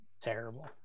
Terrible